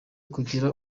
kugira